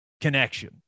connection